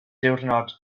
diwrnod